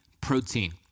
protein